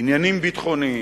עניינים ביטחוניים,